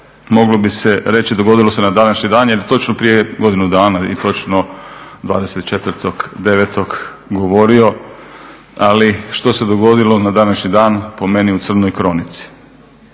moglo bi se reći dogodilo se na današnji dan, jer točno prije godinu dana i točno 24.9. govorio. Ali što se dogodilo na današnji dan po meni u Crnoj kronici.